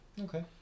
Okay